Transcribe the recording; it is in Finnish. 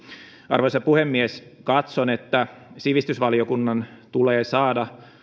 arvoisa puhemies katson että lain valiokuntakäsittelyn aikana sivistysvaliokunnan tulee saada